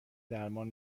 درمان